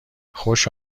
خوش